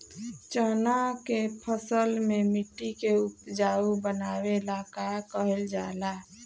चन्ना के फसल में मिट्टी के उपजाऊ बनावे ला का कइल जाला?